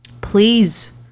please